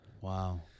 wow